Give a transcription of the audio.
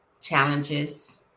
challenges